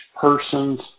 person's